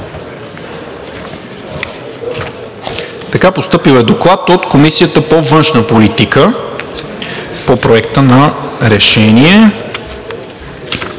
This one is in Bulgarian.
Постъпил е доклад от Комисията по външна политика по Проекта на решение.